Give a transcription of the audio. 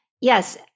yes